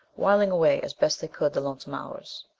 whiling away as best they could the lonesome hours.